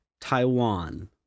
Taiwan